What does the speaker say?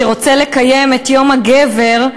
שרוצה לקיים את יום הגבר,